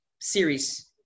series